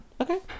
okay